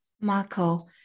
Marco